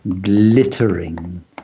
glittering